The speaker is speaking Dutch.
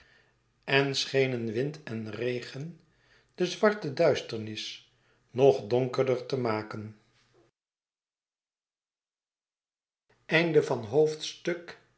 en schenen wind en mijjst bezoeker slaapt gerust regen de zwarte duisternis nog donkerder te maken